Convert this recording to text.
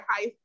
High